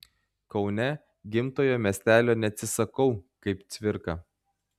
kaune gimtojo miestelio neatsisakau kaip cvirka